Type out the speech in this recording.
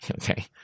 Okay